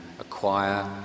acquire